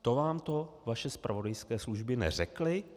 To vám to vaše zpravodajské služby neřekly?